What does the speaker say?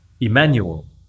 Emmanuel